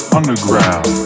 underground